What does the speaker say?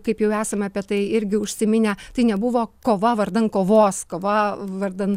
kaip jau esame apie tai irgi užsiminę tai nebuvo kova vardan kovos kova vardan